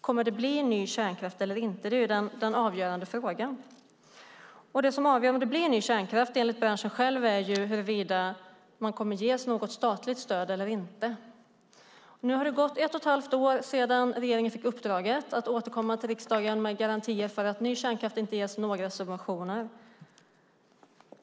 Kommer det att bli ny kärnkraft eller inte? Det är den avgörande frågan. Det som enligt branschen avgör om det blir ny kärnkraft är huruvida branschen kommer att ges något statligt stöd eller inte. Nu har det gått ett och ett halvt år sedan regeringen fick uppdraget att återkomma till riksdagen med garantier för att ny kärnkraft inte ges några subventioner.